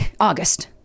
August